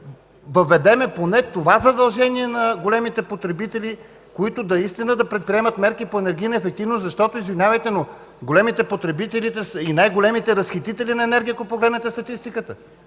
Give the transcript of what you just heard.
въведем поне това задължение на големите потребители, които наистина да предприемат мерки по енергийна ефективност, защото, извинявайте, но големите потребители са и най-големите разхитители на енергия, ако погледнете статистиката.